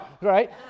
right